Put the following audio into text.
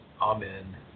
Amen